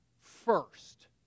first